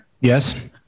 Yes